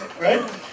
Right